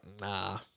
nah